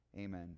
amen